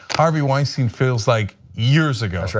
harvey weinstein feels like years ago.